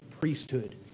priesthood